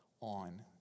on